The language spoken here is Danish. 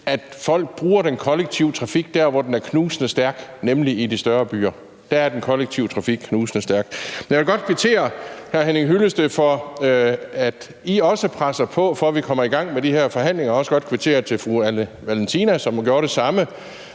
at folk bruger den kollektive trafik der, hvor den er knusende stærk, nemlig i de større byer. Der er den kollektive trafik knusende stærk. Men jeg vil godt kvittere hr. Henning Hyllested for, at I også presser på, for at vi kommer i gang med de her forhandlinger, og jeg vil også godt kvittere over for fru Anne Valentina Berthelsen, som gjorde det samme.